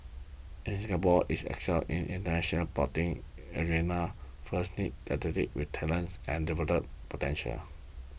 if Singapore is to excel in International Sporting arena first need athletes with talent and development potential